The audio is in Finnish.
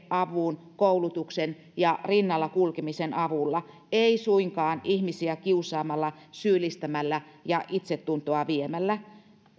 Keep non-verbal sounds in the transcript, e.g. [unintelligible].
[unintelligible] avun koulutuksen ja rinnalla kulkemisen avulla ei suinkaan ihmisiä kiusaamalla syyllistämällä ja itsetuntoa viemällä